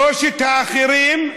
שלושת האחרונים,